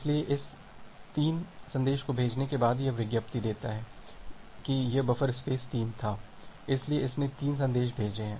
इसलिए इस 3 को भेजने के बाद यह विज्ञापित देता है की यह बफर स्पेस 3 था इसलिए इसने 3 संदेश भेजे हैं